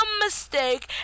mistake